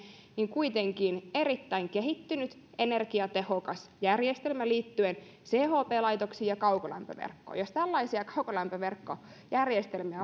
on kuitenkin erittäin kehittynyt energiatehokas järjestelmä liittyen chp laitoksiin ja kaukolämpöverkkoon jos tällaisia kaukolämpöverkkojärjestelmiä